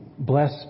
Bless